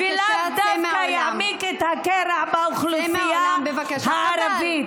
ולאו דווקא יעמיק את הקרע באוכלוסייה הערבית.